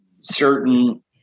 certain